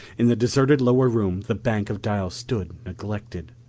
in the deserted lower room the bank of dials stood neglected.